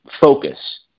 focus